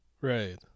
Right